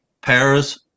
Paris